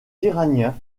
iraniens